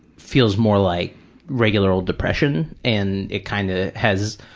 feels more like regular old depression and it kind of has,